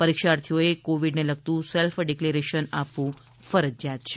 પરીક્ષાર્થીએ કોવીડને લગતું self declaration આપવું ફરજીયાત છે